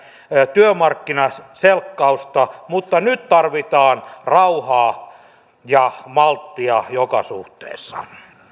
työmarkkinaselkkausta vaan nyt tarvitaan rauhaa ja malttia joka suhteessa